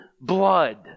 blood